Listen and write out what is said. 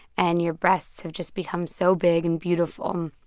and your breasts have just become so big and beautiful. um